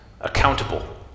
accountable